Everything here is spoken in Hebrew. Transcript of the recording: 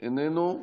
איננו,